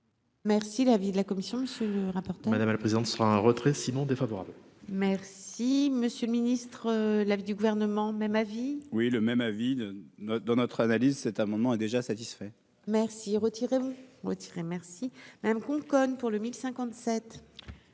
Merci l'avis de la commission de ce rapport. Madame la présidente, sera un retrait sinon défavorable. Merci monsieur le ministre, l'avis du gouvernement, même avis. Oui, le même à vide dans notre analyse, cet amendement est déjà satisfait. Merci retirez-vous retirez merci madame Conconne pour le 1057.